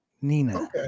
Nina